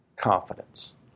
Confidence